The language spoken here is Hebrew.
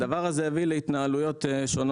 הדבר הזה הביא להתנהלויות שונות,